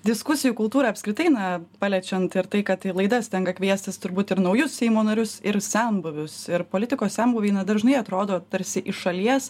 diskusijų kultūrą apskritai na paliečiant ir tai kad į laidas tenka kviestis turbūt ir naujus seimo narius ir senbuvius ir politikos senbuviai dažnai atrodo tarsi iš šalies